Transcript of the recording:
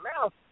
mouth